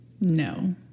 No